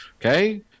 okay